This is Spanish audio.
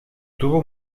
tuvo